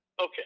Okay